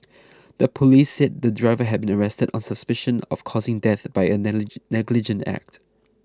the police said the driver has been arrested on suspicion of causing death by a negligent act